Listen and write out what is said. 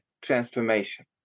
transformation